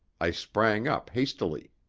i sprang up hastily.